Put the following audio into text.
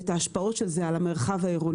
את ההשפעות של זה על המרחב העירוני.